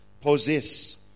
possess